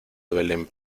duelen